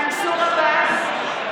(קוראת בשם חבר הכנסת) מנסור עבאס,